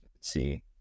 see